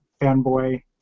fanboy